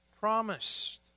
promised